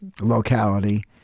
locality